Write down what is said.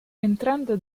entrando